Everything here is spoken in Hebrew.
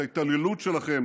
את ההתעללות שלכם